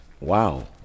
Wow